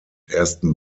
ersten